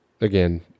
again